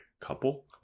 couple